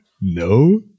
No